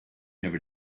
never